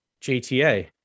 jta